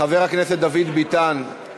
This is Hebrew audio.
חבר הכנסת דוד ביטן,